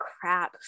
crap